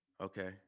Okay